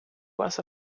was